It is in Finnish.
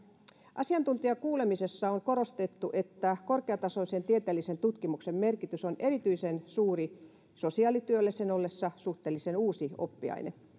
asiantuntijakuulemisessa on korostettu että korkeatasoisen tieteellisen tutkimuksen merkitys on erityisen suuri sosiaalityölle sen ollessa suhteellisen uusi oppiaine